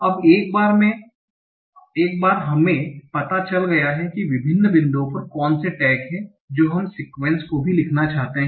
अब एक बार हमें पता चल गया है कि विभिन्न बिंदुओं पर कौन से टैग हैं जो हम सीक्वन्स को भी लिखना चाहते हैं